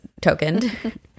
tokened